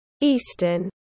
Eastern